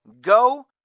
go